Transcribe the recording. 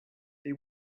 they